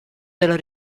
della